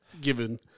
given